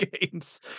games